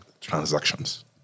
transactions